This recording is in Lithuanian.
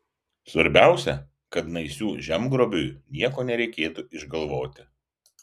svarbiausia kad naisių žemgrobiui nieko nereikėtų išgalvoti